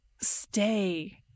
stay